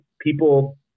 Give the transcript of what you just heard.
people